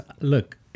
Look